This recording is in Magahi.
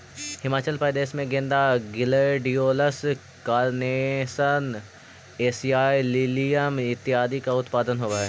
हिमाचल प्रदेश में गेंदा, ग्लेडियोलस, कारनेशन, एशियाई लिलियम इत्यादि का उत्पादन होवअ हई